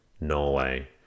Norway